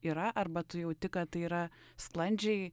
yra arba tu jauti kad tai yra sklandžiai